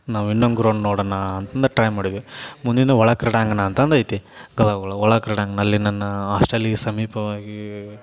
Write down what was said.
ನಾವು ಇನ್ನೊಂದು ಗ್ರೌಂಡ್ ನೋಡಣ ಅಂತಂದು ಟ್ರೈ ಮಾಡಿದ್ವಿ ಮುಂದಿಂದು ಒಳಕ್ರೀಡಾಂಗಣ ಅಂತಂದು ಐತಿ ಕ ಒಳ ಒಳಕ್ರೀಡಾಂಗ್ಣದಲ್ಲಿ ನನ್ನ ಹಾಸ್ಟೆಲ್ಲಿಗೆ ಸಮೀಪವಾಗಿ